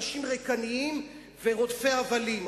אנשים ריקנים ורודפי הבלים.